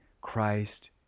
Christ